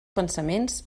pensaments